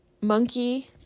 monkey